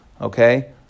okay